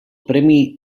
premi